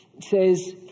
says